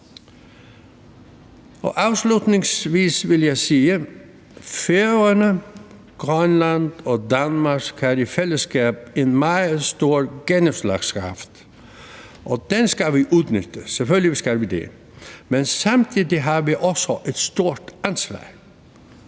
Afslutningsvis vil jeg sige: Færøerne, Grønland og Danmark har i fællesskab en meget stor gennemslagskraft, og den skal vi udnytte, selvfølgelig skal vi det, men samtidig har vi også et stort anslag